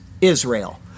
Israel